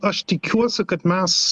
aš tikiuosi kad mes